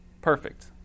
perfect